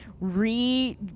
re